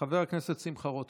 חבר הכנסת שמחה רוטמן.